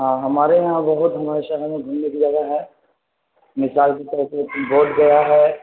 ہاں ہمارے یہاں بہت ہمارے شہر میں گھومنے کی جگہ ہے مثال کی طور سے بودھ گیا ہے